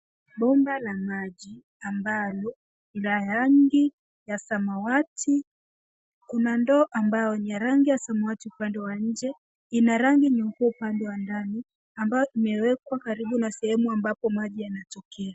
Bomba la maji, ambalo ni la rangi ya samawati. Kuna ndoo ambayo ni ya rangi ya samawati upande wa nje. Ina rangi nyeupe upande wa ndani ambayo imewekwa karibu na sehemu ambapo maji yanatokea.